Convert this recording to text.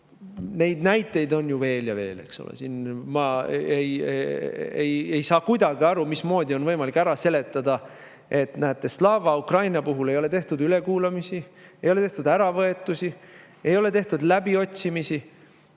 Neid näiteid on ju veel ja veel, eks ole. Ma ei saa kuidagi aru, mismoodi on võimalik ära seletada, et näete, Slava Ukraini puhul ei ole tehtud ülekuulamisi, ei ole tehtud äravõetusi, ei ole tehtud läbiotsimisi,